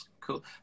cool